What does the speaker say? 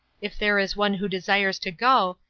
if there is one who desires to go,